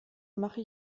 mache